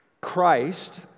Christ